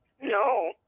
No